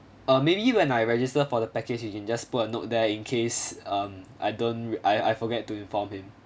err maybe you when I register for the package you can just put a note there in case um I don't I I forget to inform him